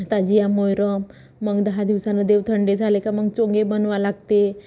ताजीया मोहरम मग दहा दिवसानं देव थंडे झाले का मग चोंगे बनवा लागते